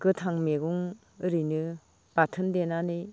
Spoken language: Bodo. गोथां मैगं ओरैनो बाथोन देनानै